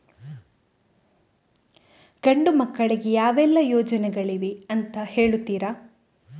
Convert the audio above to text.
ಗಂಡು ಮಕ್ಕಳಿಗೆ ಯಾವೆಲ್ಲಾ ಯೋಜನೆಗಳಿವೆ ಅಂತ ಹೇಳ್ತೀರಾ?